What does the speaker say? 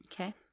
Okay